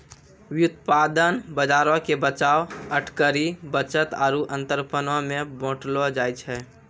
व्युत्पादन बजारो के बचाव, अटकरी, बचत आरु अंतरपनो मे बांटलो जाय छै